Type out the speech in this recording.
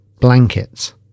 blankets